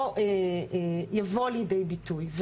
יבוא לידי ביטוי.